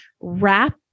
wrap